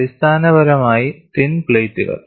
അടിസ്ഥാനപരമായി തിൻ പ്ലേറ്റുകൾ